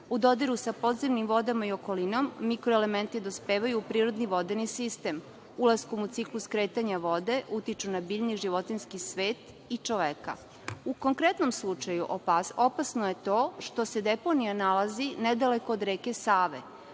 U dodiru sa podzemnim vodama i okolinom mikroelementi dospevaju u prirodni vodeni sistem. Ulaskom u ciklus kretanja vode utiču na biljni i životinjski svet i čoveka.U konkretnom slučaju opasno je to što se deponija nalazi nedaleko od reke Save,